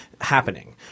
happening